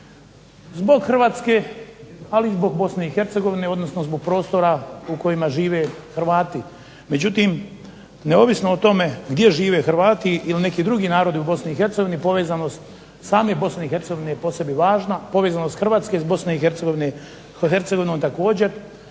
zbog Hrvatske, ali i zbog Bosne i Hercegovine, odnosno zbog prostora u kojima žive Hrvati. Međutim, neovisno o tome gdje žive Hrvati ili neki drugi narodi u BiH povezanost same BiH je po sebi važna, povezanost Hrvatske s BiH također,